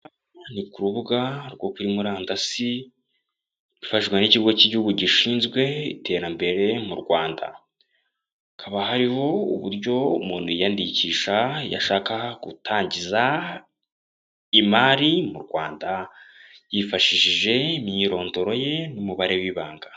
Ni ku rubuga rwo kuri murandasi, rufashwa n'ikigo cy'igihugu gishinzwe iterambere mu Rwanda hakaba hariho, uburyo umuntu yiyandikisha iyo ashaka gutangiza imari mu Rwanda, yifashishije imyirondoro ye n'umubare w'ibanga.